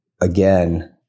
again